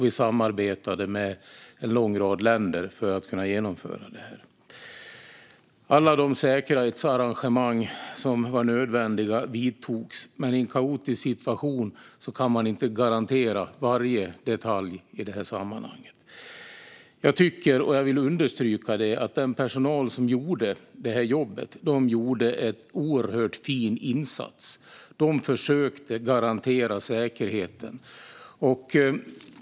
Vi samarbetade med en lång rad länder för att kunna genomföra detta. Alla de säkerhetsarrangemang som var nödvändiga vidtogs. Men i en kaotisk situation kan man inte garantera varje detalj. Jag vill understryka att den personal som gjorde det här jobbet gjorde en oerhört fin insats. De försökte garantera säkerheten.